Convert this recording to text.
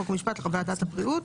חוק ומשפט מוועדת הבריאות.